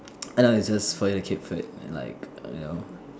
end up it's just for you to keep fit and like you know